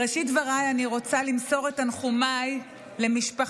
בראשית דבריי אני רוצה למסור את תנחומיי למשפחתו